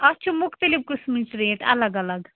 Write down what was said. اَتھ چھِ مختلف قٔسمٕچ ریٹ الگ الگ